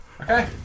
Okay